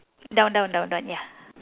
down down down down ya